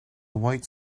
white